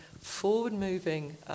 forward-moving